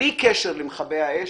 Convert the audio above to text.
בלי קשר למכבי אש,